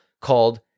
called